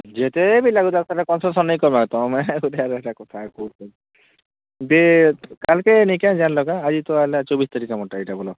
ଯେତେ ବି ଲାଗୁ ଦାଦା ଏତେ କନସେସନ ନାଇଁ କରବା ତମେ ଗୁଟେ ତ ହେନ୍ତା କଥା କହୁଛ ଯେ ଯେ କାଲକେ ନିକାଏଁ ଜେନ ଲୋକ ଆଜିତ ହେଲା ଚବିଶ ତାରିଖ ଏଇଟା ବୋଲ